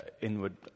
inward